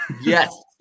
yes